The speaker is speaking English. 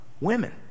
Women